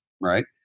right